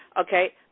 Okay